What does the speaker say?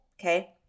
okay